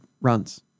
runs